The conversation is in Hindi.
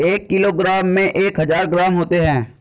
एक किलोग्राम में एक हजार ग्राम होते हैं